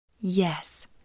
Yes